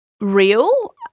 real